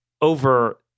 over